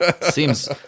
seems